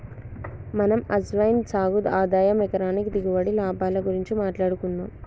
మనం అజ్వైన్ సాగు ఆదాయం ఎకరానికి దిగుబడి, లాభాల గురించి మాట్లాడుకుందం